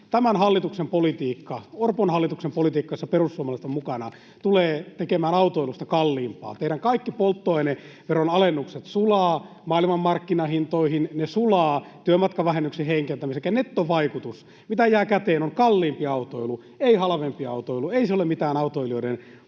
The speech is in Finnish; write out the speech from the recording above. Tämän hallituksen politiikka, Orpon hallituksen politiikka, jossa perussuomalaiset ovat mukana, tulee tekemään autoilusta kalliimpaa. Teidän kaikki polttoaineveron alennukset sulavat maailmanmarkkinahintoihin, ne sulavat työmatkavähennyksen heikentämiseen. Elikkä nettovaikutus, mitä jää käteen, on kalliimpi autoilu, ei halvempi autoilu. Ei se ole mitään autoilijoiden